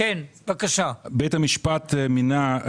נמצא בקשר עם הנאמן.